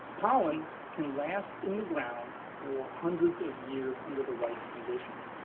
pollen can last in the ground for hundreds of years under the right conditions.